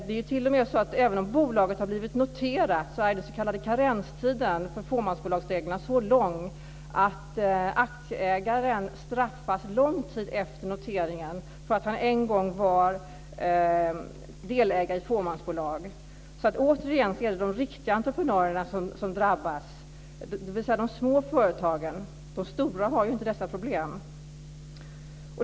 Det är t.o.m. så att även om bolaget har blivit noterat är den s.k. karenstiden för fåmansbolagsreglerna så lång att aktieägaren straffas långt tid efter noteringen för att han en gång var delägare i ett fåmansbolag. Återigen är det de riktiga entreprenörerna som drabbas, dvs. de små företagen. De stora företagen har inte dessa problem.